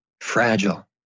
fragile